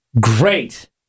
great